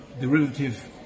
derivative